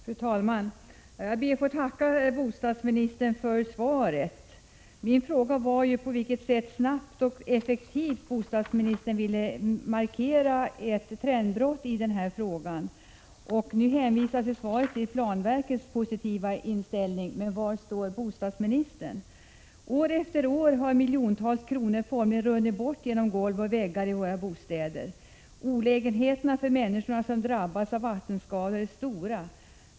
Fru talman! Jag ber att få tacka bostadsministern för svaret. Min fråga var ju på vilket sätt bostadsministern snabbt och effektivt ville markera ett trendbrott i denna fråga. I svaret hänvisas nu till planverkets positiva inställning. Men var står bostadsministern? År efter år har miljontals kronor formligen runnit bort genom Ols och väggar i våra bostäder. Olägenheterna för människorna som drabbas av vattenskador är stora.